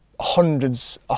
hundreds